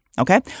Okay